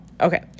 Okay